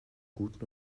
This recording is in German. guten